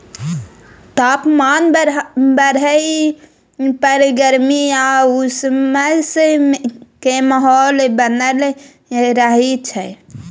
तापमान बढ़य पर गर्मी आ उमस के माहौल बनल रहय छइ